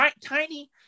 Tiny